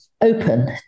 open